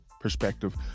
perspective